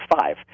five